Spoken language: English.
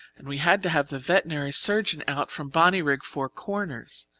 and we had to have the veterinary surgeon out from bonnyrigg four corners.